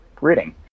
reading